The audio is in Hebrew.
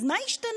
אז מה השתנה?